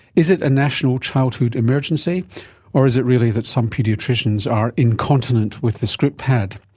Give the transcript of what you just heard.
is it a national childhood emergency or is it really that some paediatricians are incontinent with the script pad?